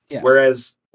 Whereas